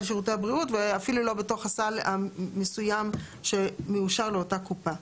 שירותי הבריאות ואפילו לא בתוך הסל המסוים שמאושר לאותה תקופה,